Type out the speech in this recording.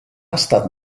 estat